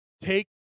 take